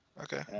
Okay